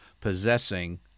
possessing